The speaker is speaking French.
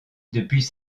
depuis